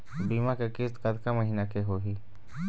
बीमा के किस्त कतका महीना के होही?